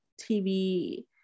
tv